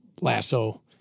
lasso